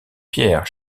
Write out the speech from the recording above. pierre